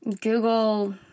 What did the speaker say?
Google